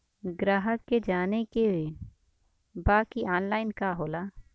ग्राहक के जाने के बा की ऑनलाइन का होला?